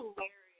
hilarious